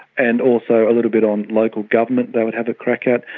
and also a little bit on local governments they would have a crack at.